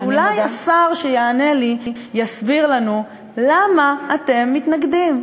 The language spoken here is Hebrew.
אז אולי השר שיענה לי יסביר לנו למה אתם מתנגדים.